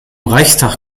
reichstag